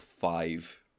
five